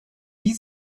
die